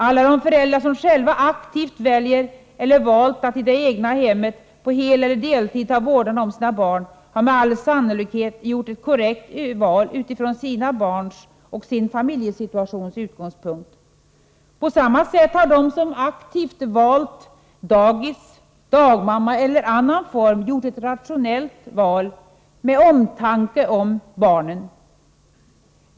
Alla de föräldrar som själva aktivt har valt att i det egna hemmet på heleller deltid ta vårdnaden om sina barn har med all sannolikhet gjort ett korrekt val med utgångspunkt i sina barns och sin familjs situation. På samma sätt har de som aktivt har valt daghem, dagmamma eller annan form gjort ett rationellt val med omtanke om barnen.